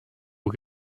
uhr